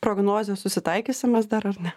prognozė susitaikysim mes dar ar ne